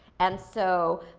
and, so,